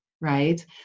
right